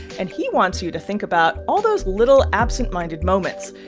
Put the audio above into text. and he wants you to think about all those little absentminded moments,